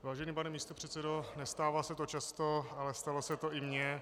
Vážený pane místopředsedo, nestává se to často, ale stalo se to i mně.